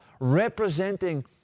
representing